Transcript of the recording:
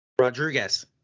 Rodriguez